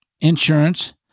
insurance